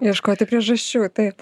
ieškoti priežasčių taip